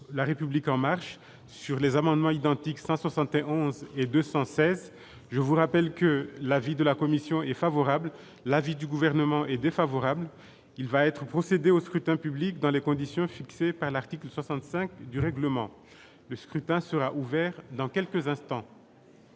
la République en marche sur les amendements identiques 171 et 216 je vous rappelle que l'avis de la commission est favorable, l'avis du gouvernement est défavorable, il va être procédé au scrutin public dans les conditions fixées par l'article 65 du règlement, le scrutin sera ouvert dans quelques instants.